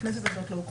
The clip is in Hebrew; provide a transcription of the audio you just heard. בכנסת הזאת לא הוקמה.